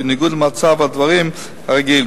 בניגוד למצב הדברים הרגיל.